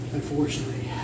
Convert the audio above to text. unfortunately